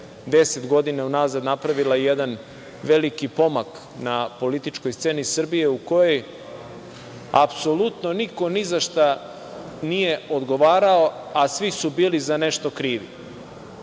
deset godina unazad napravila jedan veliki pomak na političkoj sceni Srbije u kojoj apsolutno niko ni za šta nije odgovarao, a svi su bili za nešto krivi